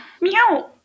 Meow